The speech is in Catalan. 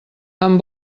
amb